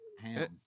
ham